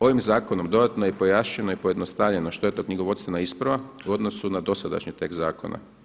Ovim zakonom dodatno je pojašnjeno i pojednostavljeno što je to knjigovodstvena isprava u odnosu na dosadašnji tekst zakona.